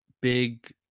big